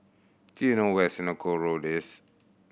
do you know where Senoko Road is